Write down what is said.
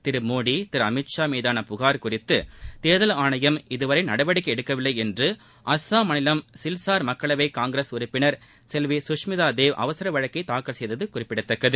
திரு மோடி திரு அமீத் ஷா மீதான புகார் குறித்து தேர்தல் ஆணையம் இதுவரை நடவடிக்கை எடுக்கவில்லை என்று அசாம் மாநிலம் சில்சார் மக்களவை காங்கிரஸ் உறுப்பினர் செல்வி சுஷ்மிதா தேவ் அவசர வழக்கை தாக்கல் செய்துள்ளது குறிப்பிடத்தக்கது